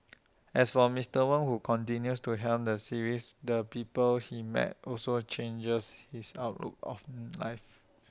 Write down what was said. as for Mister Wong who continues to helm the series the people he met also changed his outlook on life